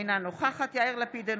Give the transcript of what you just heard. אינה נוכחת יאיר לפיד,